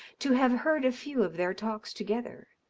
to have heard a few of their talks together.